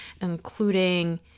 including